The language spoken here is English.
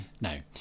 No